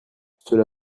cela